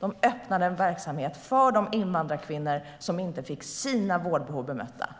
De öppnade en verksamhet för de invandrarkvinnor som inte fick sina vårdbehov bemötta.